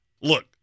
Look